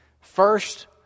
First